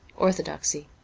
orthodoxy